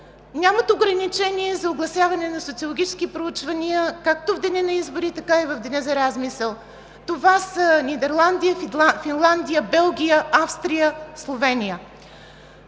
нямат ограничение за огласяване на социологически проучвания, както в деня на избори, така и в деня за размисъл. Това са Нидерландия, Финландия, Белгия, Австрия, Словения.